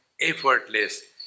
effortless